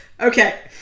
Okay